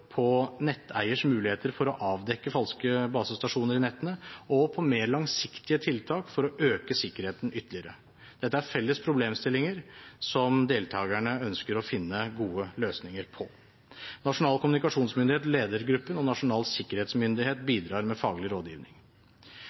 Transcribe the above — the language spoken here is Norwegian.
på både netteiers muligheter for å avdekke falske basestasjoner i nettene og mer langsiktige tiltak for å øke sikkerheten ytterligere. Dette er felles problemstillinger som deltakerne ønsker å finne gode løsninger på. Nasjonal kommunikasjonsmyndighet leder gruppen, og Nasjonal sikkerhetsmyndighet bidrar med faglig rådgivning.